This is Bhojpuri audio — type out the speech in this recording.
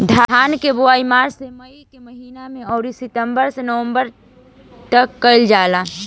धान के बोआई मार्च से मई के महीना में अउरी सितंबर से नवंबर तकले कईल जाला